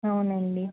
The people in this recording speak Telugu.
అవునండీ